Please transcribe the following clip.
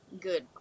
good